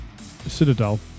Citadel